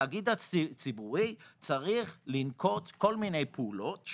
התאגיד הציבורי צריכים לנקוט כל מיני פעולות,